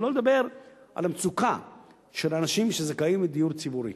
שלא לדבר על המצוקה של אנשים שזכאים לדיור ציבורי